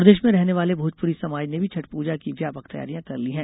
प्रदेश में रहने वाले भोजपुरी समाज ने भी छठ पूजा की व्यापक तैयारियां कर ली है